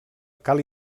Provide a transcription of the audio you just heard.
cal